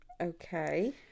Okay